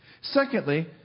Secondly